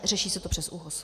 Řeší se to přes ÚOHS.